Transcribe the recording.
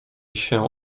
się